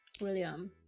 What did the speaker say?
William